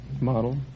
model